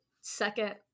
second